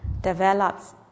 develops